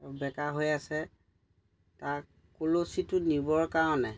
বেকা হৈ আছে তাক কলচীটো নিবৰ কাৰণে